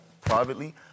privately